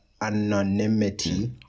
anonymity